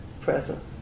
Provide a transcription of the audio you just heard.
present